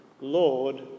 Lord